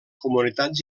comunitats